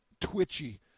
twitchy